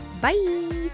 bye